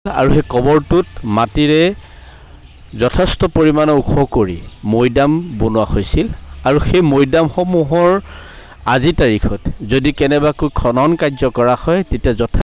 আৰু সেই কবৰটোত মাটিৰে যথেষ্ট পৰিমাণে ওখ কৰি মৈদাম বনোৱা হৈছিল আৰু সেই মৈদামসমূহৰ আজিৰ তাৰিখত যদি কেনেবাকৈ খনন কাৰ্য কৰা হয় তেতিয়া যথেষ্ট